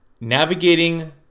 navigating